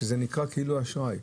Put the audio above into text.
מכיוון שזה נקרא כאילו אשראי.